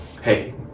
hey